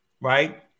right